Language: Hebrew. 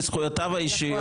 לזכויותיו האישיות.